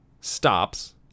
stops